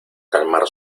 calmar